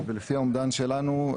ולפי האומדן שלנו,